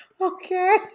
Okay